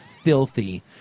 filthy